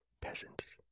peasants